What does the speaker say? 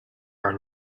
are